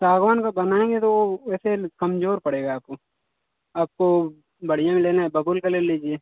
सांगवान का बनाएँगे तो वो ऐसे कमजोर पड़ेगा आपको आपको बढ़िया में लेना है बबूल का ले लीजिए